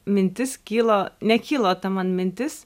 mintis kilo nekilo ta man atmintis